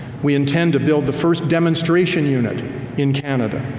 we intend to build the first demonstration unit in canada.